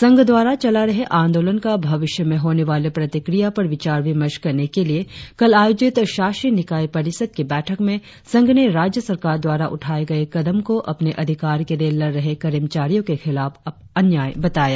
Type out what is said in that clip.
संघ द्वारा चला रहे आंदोलन का भविष्य में होने वाले प्रतिक्रिया पर विचार विमर्श करने के लिए कल आयोजित शाषी निकाय परिषद की बैठक में संघ ने राज्य सरकार द्वारा उठाए गए कदम को अपने अधिकार के लिए लड़ रहे कर्मचारियो के खिलाफ अन्याय बताया